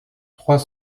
trois